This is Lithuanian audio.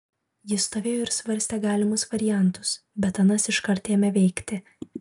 jis stovėjo ir svarstė galimus variantus bet anas iškart ėmė veikti